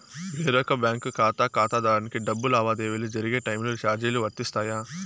వేరొక బ్యాంకు ఖాతా ఖాతాదారునికి డబ్బు లావాదేవీలు జరిగే టైములో చార్జీలు వర్తిస్తాయా?